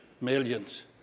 millions